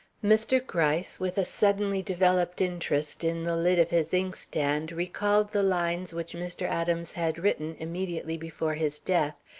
mr. gryce, with a suddenly developed interest in the lid of his inkstand, recalled the lines which mr. adams had written immediately before his death,